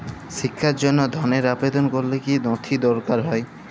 শিক্ষার জন্য ধনের আবেদন করলে কী নথি দরকার হয়?